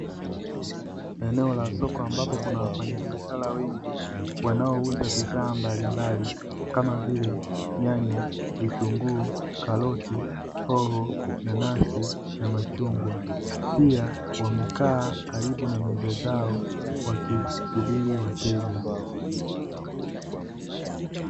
Eneo la soko ambapo kuna wafanya biashara wengi wanaouza bidhaa mbalimbali kama vile: nyanya, vitunguu, karoti, hoho, nanasi na machugwa, pia wamekaa karibu na meza zao wakisubiri wateja.